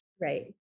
Right